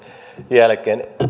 jälkeen